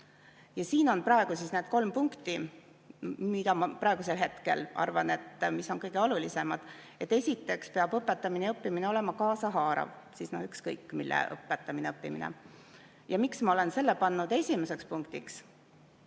siin on need kolm punkti, mille puhul ma praegusel hetkel arvan, et need on kõige olulisemad. Esiteks peab õpetamine ja õppimine olema kaasahaarav – ükskõik, mille õpetamine või õppimine. Miks ma olen selle pannud esimeseks punktiks?